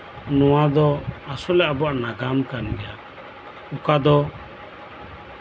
ᱱᱚᱣᱟᱫᱚ ᱟᱥᱚᱞᱮ ᱟᱵᱚᱣᱟᱜ ᱱᱟᱜᱟᱢ ᱠᱟᱱ ᱜᱮᱭᱟ ᱚᱠᱟ ᱫᱚ